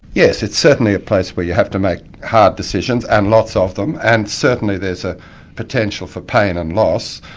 yes, it's certainly a place where you have to make hard decisions, and lots ah of them. and certainly there's a potential for pain and loss,